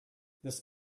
this